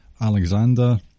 Alexander